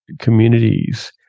communities